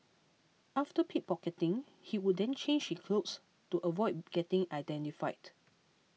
after pickpocketing he would then change his clothes to avoid getting identified